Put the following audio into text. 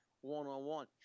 one-on-one